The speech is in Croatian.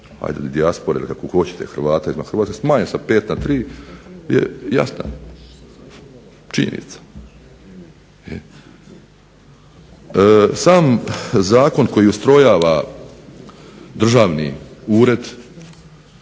ajde dijaspore ili kako hoćete Hrvata izvan Hrvatske, smanje sa 5 na 3 je jasna činjenica. Sam zakon koji ustrojava Državni ured